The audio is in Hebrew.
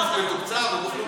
בגוף מתוקצב או בגוף לא מתוקצב?